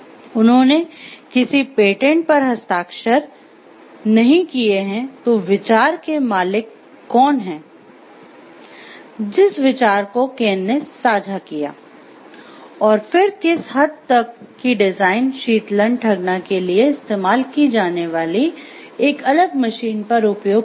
उन्होंने किसी पेटेंट पर हस्ताक्षर नहीं किए हैं तो विचार के मालिक कौन हैं जिस विचार को केन ने साझा किया और फिर किस हद तक की डिजाइन शीतलन ठगना के लिए इस्तेमाल की जाने वाली एक अलग मशीन पर उपयोग की गई